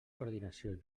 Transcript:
coordinació